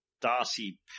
Darcy